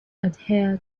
adhere